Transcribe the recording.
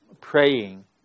praying